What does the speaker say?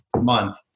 month